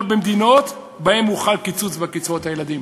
במדינות שבהן הוחל קיצוץ בקצבאות ילדים,